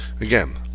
again